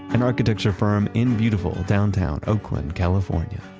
an architecture firm in beautiful downtown oakland, california